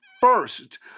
first